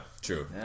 true